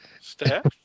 staff